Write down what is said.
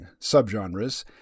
subgenres